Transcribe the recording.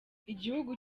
igihugu